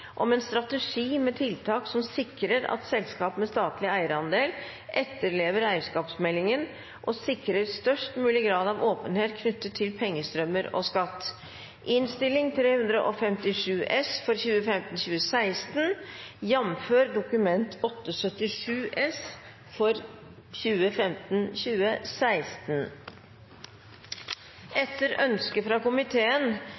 om ein strategi med tiltak som skal sikra at selskap med statleg eigardel etterlever eigarskapsmeldinga, og sikra størst mogleg grad av openheit knytt til pengestraumar og skatt. Utgangspunktet for